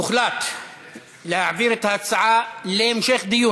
הוחלט להעביר את ההצעה לוועדת